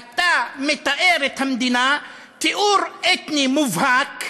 אתה מתאר את המדינה תיאור אתני מובהק,